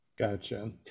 Gotcha